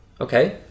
okay